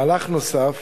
מהלך נוסף